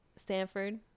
Stanford